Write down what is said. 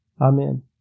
Amen